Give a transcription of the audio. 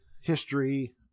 history